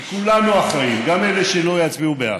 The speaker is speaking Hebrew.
כי כולנו אחראים, גם אלה שלא יצביעו בעד.